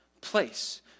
place